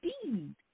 speed